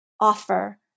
offer